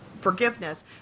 forgiveness